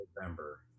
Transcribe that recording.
November